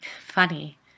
Funny